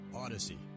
Odyssey